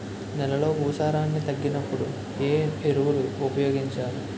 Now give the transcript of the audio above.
నెలలో భూసారాన్ని తగ్గినప్పుడు, ఏ ఎరువులు ఉపయోగించాలి?